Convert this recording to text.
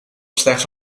slechts